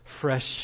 fresh